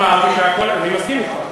אני מסכים אתך.